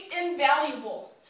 invaluable